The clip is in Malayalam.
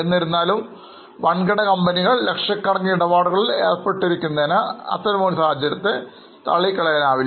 എന്നിരുന്നാലും വൻകിടകമ്പനികൾ ലക്ഷക്കണക്കിന് ഇടപാടുകളിൽ ഏർപ്പെട്ടിരിക്കുന്നതിനാൽ അത്തരമൊരു സാഹചര്യത്തെ തള്ളിക്കളയാനാവില്ല